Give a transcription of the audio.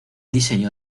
diseño